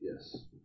Yes